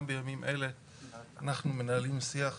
גם בימים אלה אנחנו מנהלים שיח